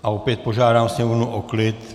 A opět požádám sněmovnu o klid.